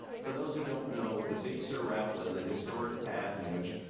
for those who don't know, the big sur route was the historic path in which